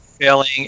failing